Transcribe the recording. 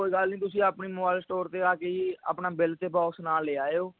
ਕੋਈ ਗੱਲ ਨਹੀਂ ਤੁਸੀਂ ਆਪਣੇ ਮੋਬਾਇਲ ਸਟੋਰ 'ਤੇ ਆ ਕੇ ਜੀ ਆਪਣਾ ਬਿੱਲ ਅਤੇ ਬੋਕਸ ਨਾਲ ਲਿਆਇਓ